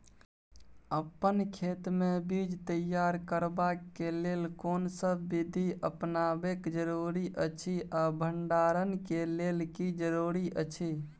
अपन खेत मे बीज तैयार करबाक के लेल कोनसब बीधी अपनाबैक जरूरी अछि आ भंडारण के लेल की जरूरी अछि?